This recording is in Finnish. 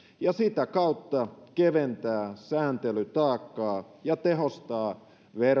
ja sitä kautta keventää sääntelytaakkaa ja tehostaa